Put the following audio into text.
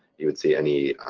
you would see any